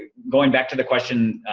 ah going back to the question